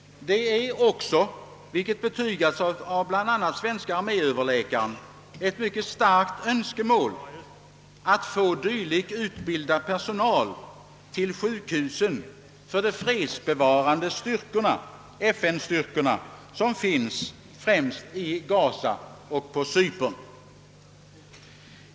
Det är också, vilket betygas av bl.a. svenske arméöverläkaren, ett mycket starkt önskemål att få dylik utbildad personal till sjukhusen för de fredsbevarande FN-styrkorna, som finns stationerade främst i Gaza och på Cypern.